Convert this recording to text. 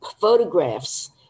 photographs